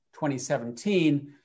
2017